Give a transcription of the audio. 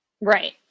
Right